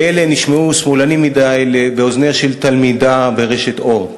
ואלה נשמעו שמאלניות מדי באוזניה של תלמידה ברשת "אורט".